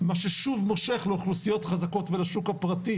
מה ששוב מושך לאוכלוסיות חזקות ולשוק הפרטי,